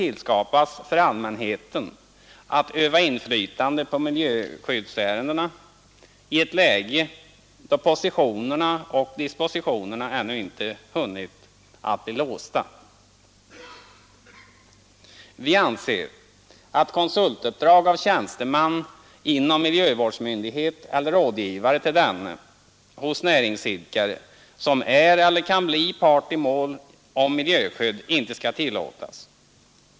Vi anser oc allmänheten att öva inflytande på miljöskyddsärendena i ett läge då positionerna och dispositionerna ännu inte hunnit bli låsta. Vi anser att konsultuppdrag av tjänstemän inom miljövårdsmyndighet eller rådgivare till denna hos näringsidkare som är eller kan bli part i mål om miljöskydd inte skall tillåtas.